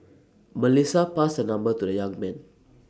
Melissa passed her number to the young man